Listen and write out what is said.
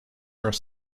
are